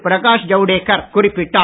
பிரகாஷ் ஜவுடேகர் குறிப்பிட்டார்